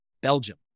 Belgium